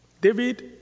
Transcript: David